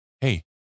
Hey